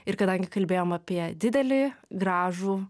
ir kadangi kalbėjom apie didelį gražų